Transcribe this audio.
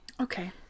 Okay